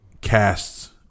casts